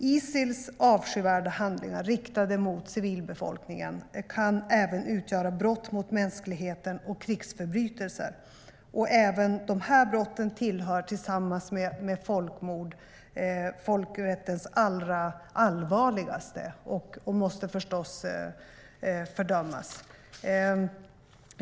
Isils avskyvärda handlingar riktade mot civilbefolkningen kan även utgöra brott mot mänskligheten och krigsförbrytelser. Även de brotten, tillsammans med folkmord, hör till folkrättens allra allvarligaste och måste förstås fördömas.